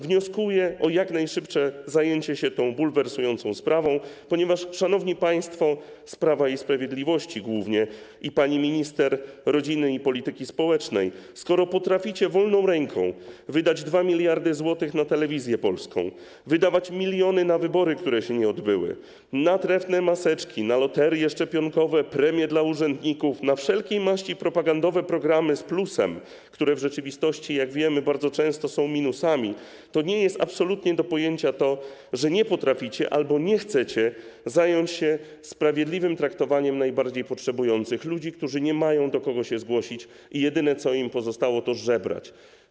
Wnoszę o jak najszybsze zajęcie się tą bulwersującą sprawą, ponieważ, szanowni państwo z Prawa i Sprawiedliwości głównie i pani minister rodziny i polityki społecznej, skoro potraficie wolną ręką wydać 2 mld zł na Telewizję Polską, wydawać miliony na wybory, które się nie odbyły, na trefne maseczki, na loterię szczepionkową, na premie dla urzędników, na wszelkiej maści propagandowe programy z plusem, które w rzeczywistości, jak wiemy, bardzo często są minusami, to nie jest absolutnie do pojęcia to, że nie potraficie albo nie chcecie zająć się sprawiedliwym traktowaniem najbardziej potrzebujących ludzi, którzy nie mają do kogo się zgłosić, a jedyne, co im pozostało, to żebrać.